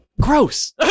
Gross